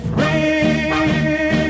Free